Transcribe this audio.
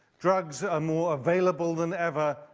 drugs ah more available than ever,